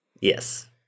Yes